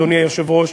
אדוני היושב-ראש,